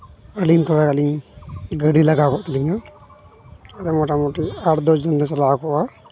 ᱟᱹᱞᱤᱧ ᱛᱷᱚᱲᱟ ᱜᱟᱹᱰᱤ ᱞᱟᱜᱟᱣᱮᱫ ᱞᱤᱧᱟᱹ ᱢᱳᱴᱟᱢᱩᱴᱤ ᱟᱴ ᱵᱟᱡᱮᱞᱮ ᱪᱟᱞᱟᱣ ᱠᱚᱜᱼᱟ